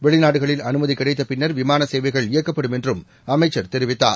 வெளிநாடுகளில் அனுமதி கிடைத்தப் பின்னர் விமான சேவைகள் இயக்கப்படும் என்றும் அமைச்சர் தெரிவித்தார்